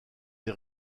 des